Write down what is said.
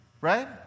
right